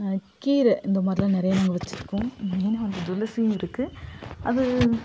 கீரை இந்தமாதிரிலான் நிறைய நாங்கள் வச்சுருக்கோம் மெயினாக வந்து துளசியும் இருக்குது அது